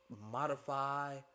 Modify